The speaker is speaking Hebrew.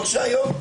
בטוח שהיום?